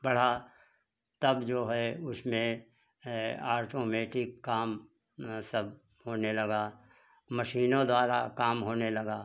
बढ़ा तब जो है उसमें आटोमेटिक काम सब होने लगा मशीनों द्वारा काम होने लगा